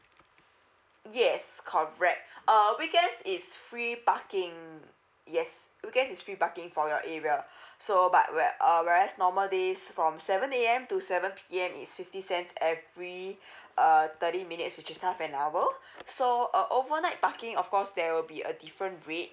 yes correct uh weekend is free parking yes weekend is free parking for your area so but where uh whereas normal days from seven A_M to seven P_M is fifty cents every uh thirty minutes which is half an hour so uh overnight parking of course there will be a different rate